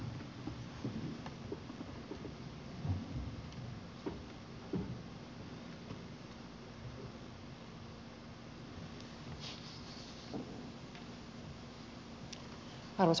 arvoisa puhemies